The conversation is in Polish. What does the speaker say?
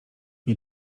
nie